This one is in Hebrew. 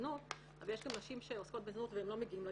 בזנות אבל יש גם נשים שעוסקות בזנות והן לא מגיעות אליכם,